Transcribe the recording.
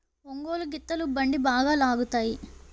ఒంగోలు గిత్తలు బండి బాగా లాగుతాయి